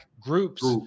groups